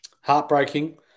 Heartbreaking